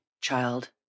child